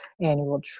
annual